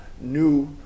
new